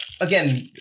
again